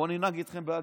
בואו ננהג איתכם בהגינות.